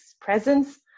presence